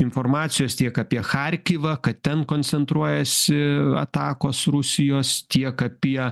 informacijos tiek apie charkivą kad ten koncentruojasi atakos rusijos tiek apie